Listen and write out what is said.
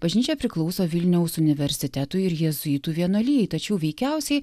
bažnyčia priklauso vilniaus universitetui ir jėzuitų vienuolijai tačiau veikiausiai